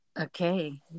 okay